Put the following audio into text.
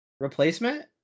replacement